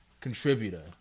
contributor